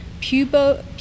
pubo